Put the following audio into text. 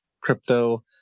crypto